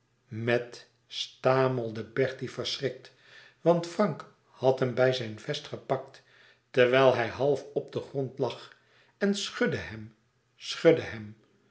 met stamelde bertie verschrikt want frank had hem bij zijn vest gepakt terwijl hij half op den grond lag en schudde hem schudde hem